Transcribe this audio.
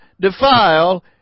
defile